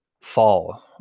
fall